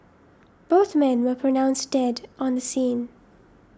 both men were pronounced dead on the scene